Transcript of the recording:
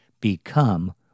Become